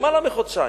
יותר מחודשיים.